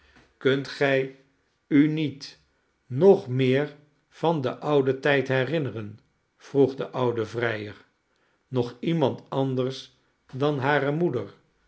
kunt gij u niet nog meer van den ouden tijd herinneren vroeg de oude vrijer nog iemand anders dan hare moeder